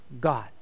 God